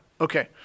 Okay